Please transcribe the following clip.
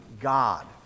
God